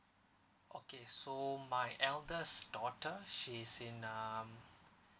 okay so my eldest daughter she's in um